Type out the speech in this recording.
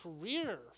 career